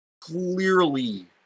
clearly